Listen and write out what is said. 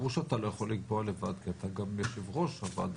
ברור שאתה לא יכול לקבוע לבד כי יש גם יו"ר לוועדה,